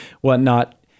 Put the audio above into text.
whatnot